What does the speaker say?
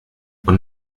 und